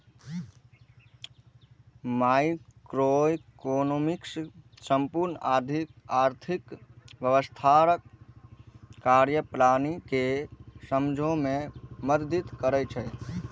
microeconomics संपूर्ण आर्थिक व्यवस्थाक कार्यप्रणाली कें समझै मे मदति करै छै